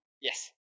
Yes